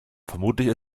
vermutlich